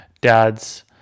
dad's